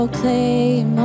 claim